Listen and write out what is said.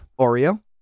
oreo